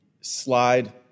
slide